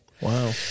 wow